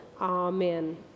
Amen